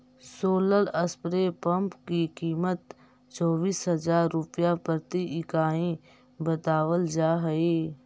solar spray pump की कीमत चौबीस हज़ार रुपए प्रति इकाई बतावल जा हई